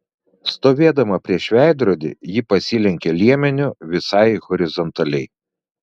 stovėdama prieš veidrodį ji pasilenkė liemeniu visai horizontaliai